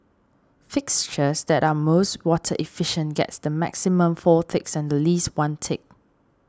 fixtures that are most water efficient gets the maximum four ticks and the least one tick